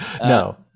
no